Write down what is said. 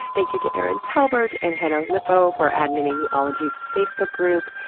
thank you to erin talbert and hannah lipow for adminning the ologies facebook group.